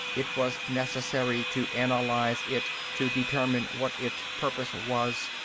it was necessary to analyze it to determine what its purpose was.